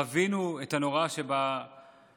חווינו את הנוראה שבהשמדות,